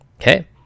okay